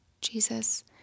Jesus